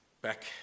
Back